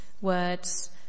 words